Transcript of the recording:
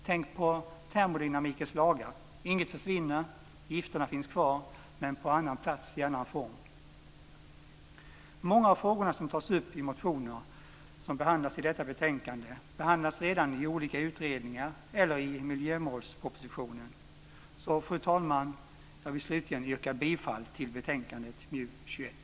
Tänk på termodynamikens lagar! Inget försvinner, gifterna finns kvar, men på annan plats och i annan form. Många av frågorna som tas upp i de motioner som behandlas i detta betänkande behandlas redan i olika utredningar eller i miljömålspropositionen. Så, fru talman, vill jag slutligen yrka bifall till utskottets förslag i betänkandet MJU21.